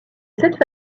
cette